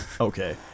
okay